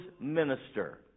minister